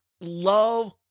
love